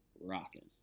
rocking